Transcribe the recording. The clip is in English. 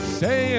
say